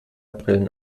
brillen